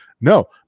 No